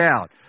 out